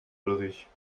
ulrich